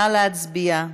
נא להצביע.